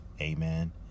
Amen